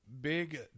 big